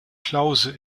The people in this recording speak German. klause